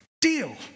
deal